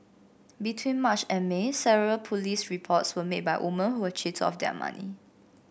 between March and May several police reports were made by woman who were cheated of their money